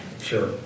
Sure